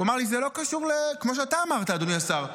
הוא אמר לי, כמו שאתה אמרת, אדוני השר.